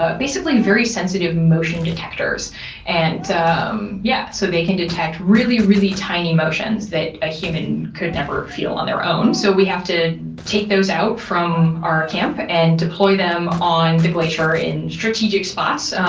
ah basically, very sensitive motion detectors and um yeah so they can detect really, really tiny motions that a human could never feel on their own. so we have to take those out from our camp and deploy them on the glacier in strategic spots.